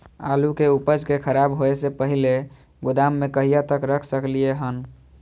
आलु के उपज के खराब होय से पहिले गोदाम में कहिया तक रख सकलिये हन?